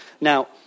Now